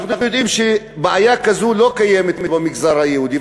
אנחנו יודעים שבעיה כזאת לא קיימת במגזר היהודי,